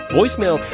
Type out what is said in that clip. Voicemail